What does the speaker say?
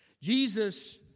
Jesus